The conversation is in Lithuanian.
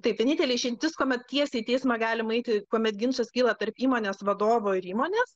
taip vienintelė išimtis kuomet tiesiai į teismą galima eiti kuomet ginčas kyla tarp įmonės vadovo ir įmonės